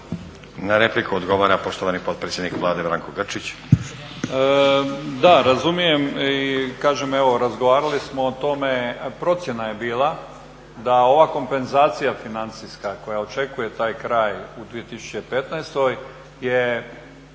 Na repliku odgovara poštovani potpredsjednik Vlade Branko Grčić.